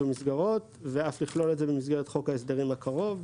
המסגרות ואף לכלול את זה במסגרת חוק ההסדרים הקרוב.